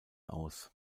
aus